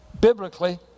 biblically